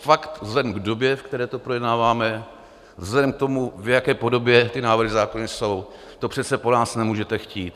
Fakt vzhledem k době, v které to projednáváme, vzhledem k tomu, v jaké podobě ty návrhy zákonů jsou, to přece po nás nemůžete chtít.